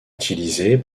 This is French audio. utilisée